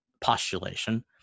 postulation